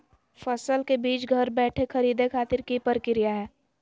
फसल के बीज घर बैठे खरीदे खातिर की प्रक्रिया हय?